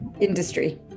industry